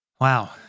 Wow